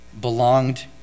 belonged